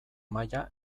maila